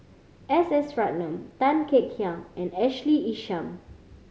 S S Ratnam Tan Kek Hiang and Ashley Isham